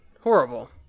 Horrible